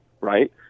right